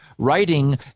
Writing